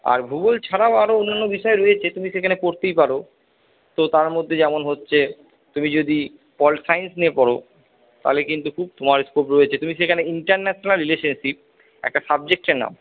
আর ভূগোল ছাড়াও আরও অন্যান্য বিষয় রয়েছে তুমি সেখানে পড়তেই পারো তো তার মধ্যে যেমন হচ্ছে তুমি যদি পল সাইন্স নিয়ে পড়ো তাহলে কিন্তু খুব তোমার স্কোপ রয়েছে তুমি সেখানে ইন্টারন্যাশানাল রিলেশনশিপ একটা সাবজেক্টের নাম